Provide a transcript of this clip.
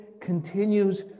continues